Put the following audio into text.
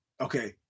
Okay